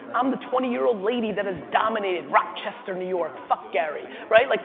i'm the twenty year old lady that has dominated rochester, new york, fuck gary. right? like